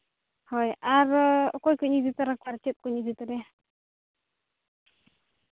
ᱦᱳᱭ ᱟᱨ ᱚᱠᱚᱭ ᱠᱚᱧ ᱤᱫᱤ ᱛᱚᱨᱟ ᱠᱚᱣᱟ ᱟᱨ ᱪᱮᱫ ᱠᱚᱧ ᱤᱫᱤ ᱛᱟᱨᱟᱭᱟ